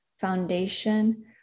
Foundation